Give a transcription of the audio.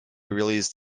released